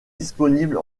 disponible